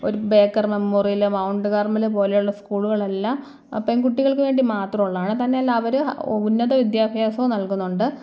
ഒരു Baker Memorial Mount Carmel പോലെയുള്ള സ്കൂളുകളെല്ലാം പെൺകുട്ടികൾക്ക് വേണ്ടി മാത്രമുള്ളതാണ് തന്നെയല്ലാ അവർ ഉന്നത വിദ്യാഭ്യാസവും നൽകുന്നുണ്ട്